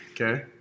Okay